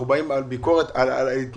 אנחנו באים עם ביקורת על ההתנהלות,